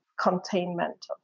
containment